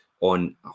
on